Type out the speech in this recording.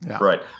right